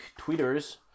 tweeters